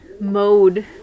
mode